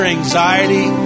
anxiety